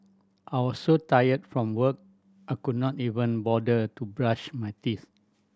I was so tired from work I could not even bother to brush my teeth